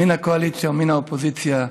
מן הקואליציה ומן האופוזיציה,